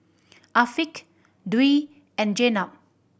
Afiq Dwi and Jenab